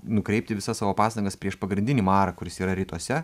nukreipti visas savo pastangas prieš pagrindinį marą kuris yra rytuose